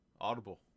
Audible